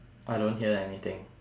I don't hear anything